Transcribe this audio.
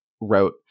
wrote